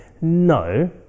No